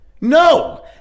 no